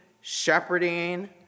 shepherding